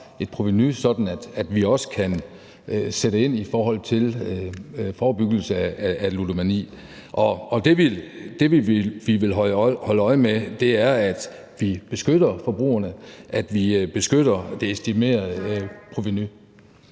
et provenu, sådan at vi også kan sætte ind i forhold til forebyggelse af ludomani. Og det, vi vil holde øje med, er at beskytte forbrugerne og beskytte det estimerede provenu.